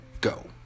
go